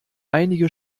einige